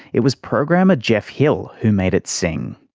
it was programmer geoff hill who made it sing.